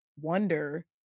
wonder